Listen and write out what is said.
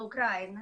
באוקראינה,